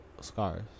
scars